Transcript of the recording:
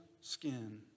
skin